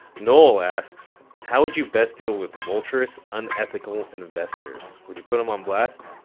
noel asks, how would you best deal with vulturous, unethical investors? would you put em on blast?